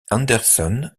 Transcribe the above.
anderson